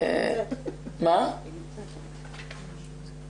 עומר ינקלביץ' ואת המיזם של מומנטום.